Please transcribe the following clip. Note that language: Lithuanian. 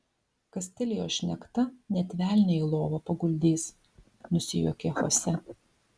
kastilijos šnekta net velnią į lovą paguldys nusijuokė chose